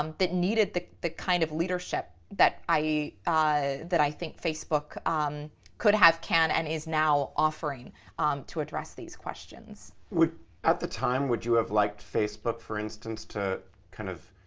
um that needed the the kind of leadership that i ah that i think facebook could have, can, and is now offering to address these questions. at the time would you have liked facebook, for instance, to kind of